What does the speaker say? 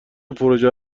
پروژه